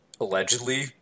allegedly